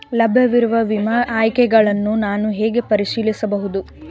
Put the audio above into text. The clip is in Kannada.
ಲಭ್ಯವಿರುವ ವಿಮಾ ಆಯ್ಕೆಗಳನ್ನು ನಾನು ಹೇಗೆ ಪರಿಶೀಲಿಸಬಹುದು?